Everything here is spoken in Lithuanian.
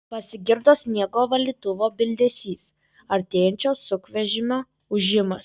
pasigirdo sniego valytuvo bildesys artėjančio sunkvežimio ūžimas